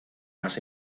más